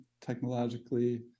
technologically